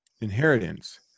inheritance